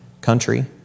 country